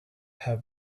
have